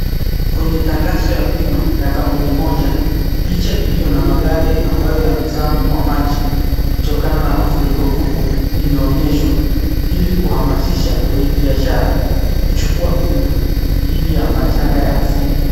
Kwenye tangazo ya bima ya kampuni moja picha iliyo na magari ambayo yamezama kwa maji kutokana na mafuriko kubwa imeonyeshwa ili kuhamasisha wenye biashara kuchukua bima dhidhi ya majinga ya asili.